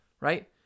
right